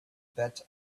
bet